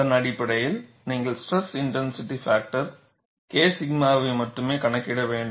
அதன் அடிப்படையில் நீங்கள் ஸ்ட்ரெஸ் இன்டென்சிட்டி பாக்டர் K 𝛔 வை மட்டுமே கணக்கிட வேண்டும்